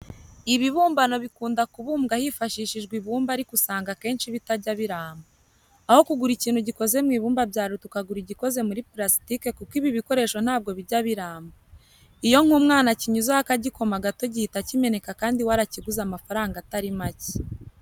Ibibumbano bikunda kubumbwa hifashishijwe ibumba ariko usanga akenshi bitajya biramba. Aho kugura ikintu gikoze mu ibumba byaruta ukagura igikoze muri parasitike kuko ibi bikoresho ntabwo bijya biramba. Iyo nk'umwana akinyuzeho akagikoma gato gihita kimeneka kandi warakiguze amafaranga atari make.